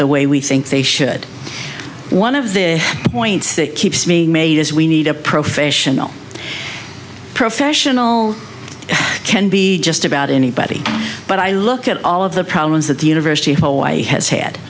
the way we think they should one of the points that keeps me made is we need a professional professional can be just about anybody but i look at all of the problems that the university of hawaii has had